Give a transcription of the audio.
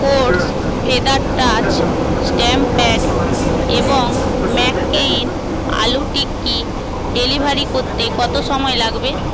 course feather touch stamp pad এবং McCain aloo tikki delivery করতে কত সময় লাগবে